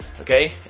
okay